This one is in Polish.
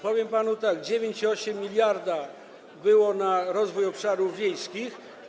Powiem panu tak: 9,8 mld było na rozwój obszarów wiejskich.